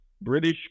British